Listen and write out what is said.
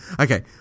Okay